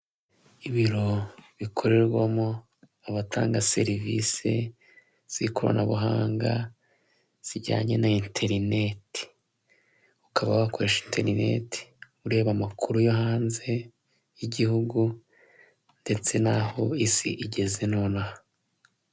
Ibiro bikorerwamo abatanga serivisi z'ikoranabuhanga zijyanye na interineti. Ukaba wakoresha interineti ureba amakuru yo hanze y'igihugu, ndetse n'aho isi igeze nonaha.